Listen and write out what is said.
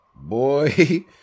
Boy